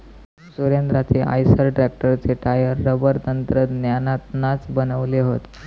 सुरेंद्राचे आईसर ट्रॅक्टरचे tyre rubber तंत्रज्ञानातनाच बनवले हत